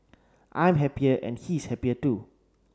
I'm happier and he's happier too